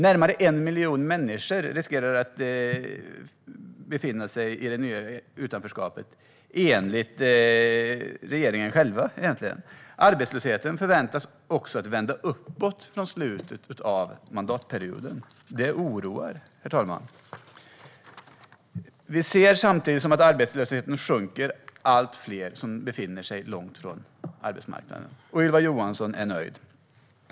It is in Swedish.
Närmare 1 miljon människor riskerar att hamna i det nya utanförskapet - enligt regeringen själv. Arbetslösheten förväntas också vända uppåt i slutet av mandatperioden. Det oroar, herr talman. Samtidigt som arbetslösheten sjunker ser vi allt fler som befinner sig långt ifrån arbetsmarknaden. Men Ylva Johansson är nöjd.